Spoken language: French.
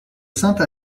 sainte